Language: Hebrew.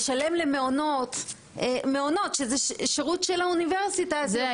לשלם למעונות שזה חלק משרותי האוניברסיטה --- תכף